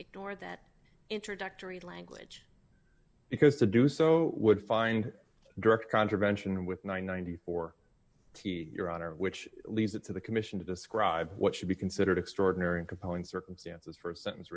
ignore that introductory language because to do so would find direct contravention with ninety four your honor which leaves it to the commission to describe what should be considered extraordinary and compelling circumstances for a sentence